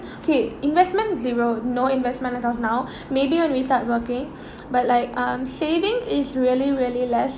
okay investment zero no investment as of now maybe when we start working but like um savings is really really less